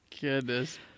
Goodness